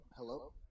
Hello